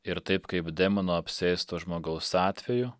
ir taip kaip demono apsėsto žmogaus atveju